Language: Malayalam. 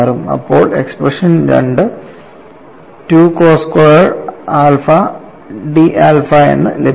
അപ്പോൾ expression 2 cos squared alpha d alpha എന്ന് ലഭിക്കും